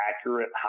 accurate